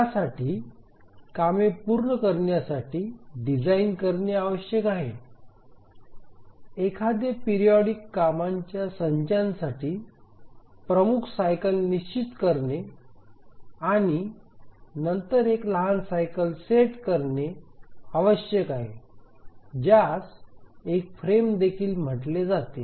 त्यासाठी कामे पूर्ण करण्यासाठी डिझाइन करणे आवश्यक आहे एखादे पिरिऑडिक कामांच्या संचासाठी प्रमुख सायकल निश्चित करणे आणि नंतर एक लहान सायकल सेट करणे आवश्यक आहे ज्यास एक फ्रेम देखील म्हटले जाते